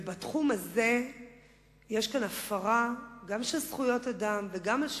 ובתחום הזה יש כאן הפרה גם של זכויות אדם וגם של